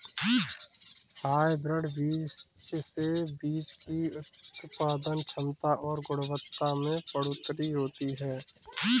hybrid बीज से बीज की उत्पादन क्षमता और गुणवत्ता में बढ़ोतरी होती है